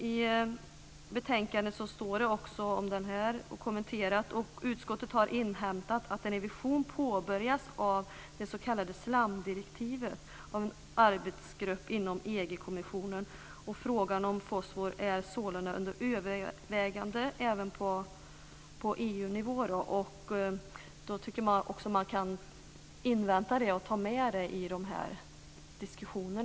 I betänkandet kommenteras också detta: Utskottet har inhämtat att en revision påbörjats av det s.k. kommissionen. Frågan om fosfor är sålunda under övervägande även på EU-nivå. Därför tycker jag att man kan invänta det här och ta med det i dessa diskussioner.